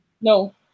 No